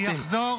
אתה בושה.